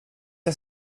jag